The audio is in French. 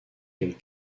quel